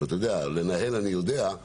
לנהל אני יודע.